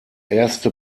erste